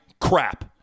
crap